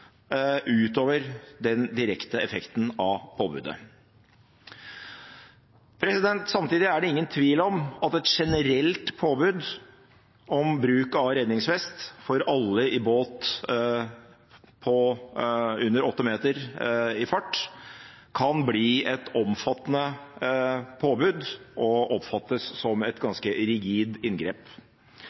utover den direkte effekten av påbudet. Samtidig er det ingen tvil om at et generelt påbud om bruk av redningsvest for alle i båt mindre enn åtte meter som er i fart, kan bli et omfattende påbud og oppfattes som et ganske rigid inngrep.